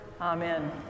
amen